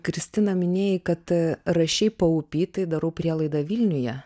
kristina minėjai kad rašei paupy tai darau prielaidą vilniuje